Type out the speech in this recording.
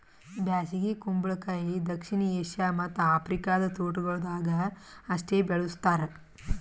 ಬ್ಯಾಸಗಿ ಕುಂಬಳಕಾಯಿ ದಕ್ಷಿಣ ಏಷ್ಯಾ ಮತ್ತ್ ಆಫ್ರಿಕಾದ ತೋಟಗೊಳ್ದಾಗ್ ಅಷ್ಟೆ ಬೆಳುಸ್ತಾರ್